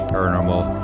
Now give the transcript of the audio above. Paranormal